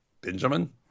Benjamin